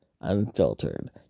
unfiltered